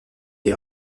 des